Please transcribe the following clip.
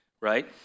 right